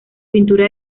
pintura